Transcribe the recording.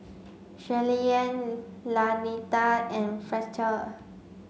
Shirleyann Lanita and Fletcher